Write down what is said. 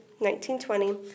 1920